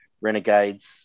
Renegades